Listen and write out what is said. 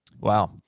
Wow